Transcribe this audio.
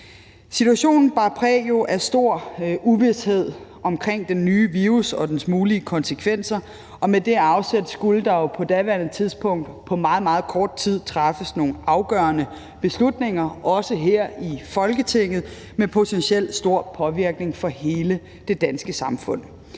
Situationen bar præg af stor uvished omkring den nye virus og dens mulige konsekvenser, og med det afsæt skulle der jo på daværende tidspunkt på meget, meget kort tid træffes nogle afgørende beslutninger, også her i Folketinget, med potentielt stor påvirkning af hele det danske samfund.